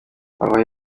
abahaye